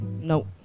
No